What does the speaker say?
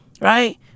right